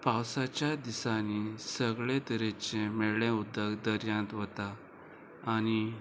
पावसाच्या दिसांनी सगळे तरेचे मेळ्ळे उदक दर्यांत वता आनी